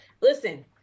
Listen